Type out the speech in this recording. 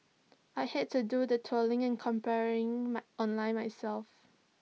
I hate to do the trawling and comparing my online myself